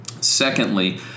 Secondly